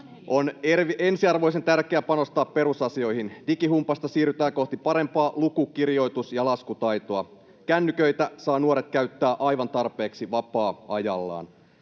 On ensiarvoisen tärkeää panostaa perusasioihin. Digihumpasta siirrytään kohti parempaa luku-, kirjoitus- ja laskutaitoa. Kännyköitä saavat nuoret käyttää aivan tarpeeksi vapaa-ajallaan.